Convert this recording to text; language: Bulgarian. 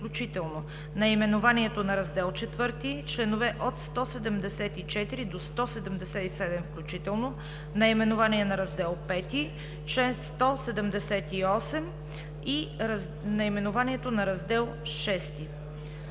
включително, наименованието на Раздел IV, членове от 174 до 177 включително, наименованието на Раздел V, чл. 178 и наименованието на Раздел